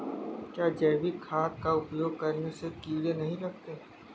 क्या जैविक खाद का उपयोग करने से कीड़े नहीं लगते हैं?